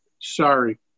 Sorry